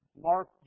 Mark